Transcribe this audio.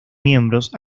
miembros